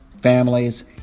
families